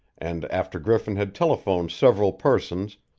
and after griffin had telephoned several persons,